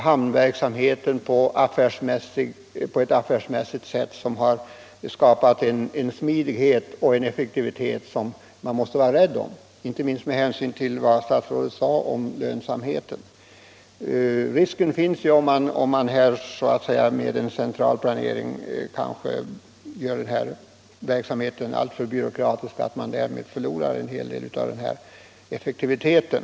Hamnverksamheten har drivits på ett affärsmässigt sätt, och det har skapat en smidighet och effektivitet som man måste vara rädd om, inte minst med hänsyn till vad statsrådet sade om lönsamheten. Risken finns att den här verksamheten genom en centralplanering kanske blir alltför byråkratisk och att man därmed förlorar en hel del av effektiviteten.